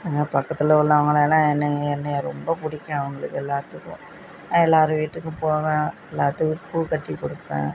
அங்கே பக்கத்தில் உள்ளவங்களலாம் என்னை என்னை ரொம்ப பிடிக்கும் அவர்களுக்கு எல்லாத்துக்கும் நான் எல்லார் வீட்டுக்கும் போவேன் எல்லாத்துக்கும் பூ கட்டி கொடுப்பேன்